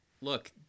look